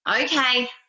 Okay